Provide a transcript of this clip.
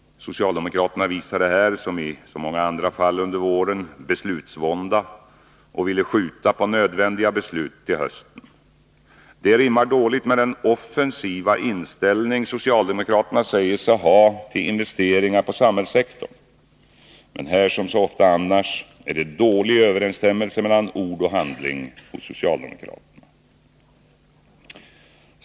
Socialdemokraterna visade här som i så många andra fall under våren beslutsvånda och ville skjuta upp nödvändiga beslut till hösten. Det rimmar dåligt med den offensiva inställning socialdemokraterna säger sig ha till investeringar på samhällssektorn. Men här som så ofta annars är det dålig överensstämmelse mellan ord och handling hos socialdemokraterna.